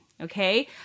Okay